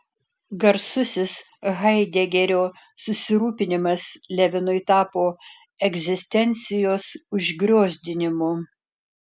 garsusis haidegerio susirūpinimas levinui tapo egzistencijos užgriozdinimu